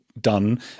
done